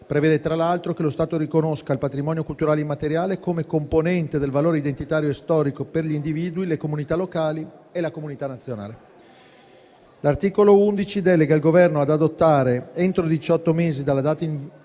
prevede, tra l'altro, che lo Stato riconosca il patrimonio culturale immateriale come componente del valore identitario e storico per gli individui, le comunità locali e la comunità nazionale. L'articolo 11 delega il Governo ad adottare, entro diciotto mesi dalla data di